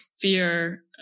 fear